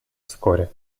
вскоре